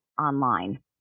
online